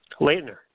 Leitner